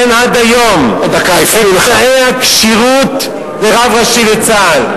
אין עד היום תנאי הכשירות לרב ראשי לצה"ל.